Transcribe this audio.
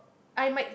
I might